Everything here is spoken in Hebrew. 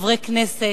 חברי כנסת,